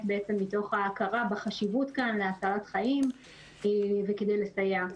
מתוך ההכרה בחשיבות כאן להצלת חיים וכדי לסייע.